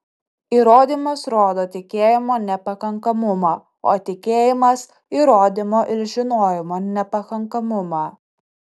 įrodymas rodo tikėjimo nepakankamumą o tikėjimas įrodymo ir žinojimo nepakankamumą